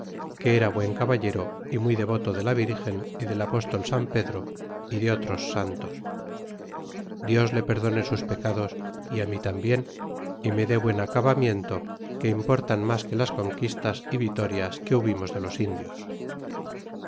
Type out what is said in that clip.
que era buen caballero y muy devoto de la virgen y del apóstol san pedro y de otros santos dios le perdone sus pecados y á mi tambien y me de buen acabamiento que importan mas que las conquistas y vitorias que hubimos de los indios